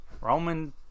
Roman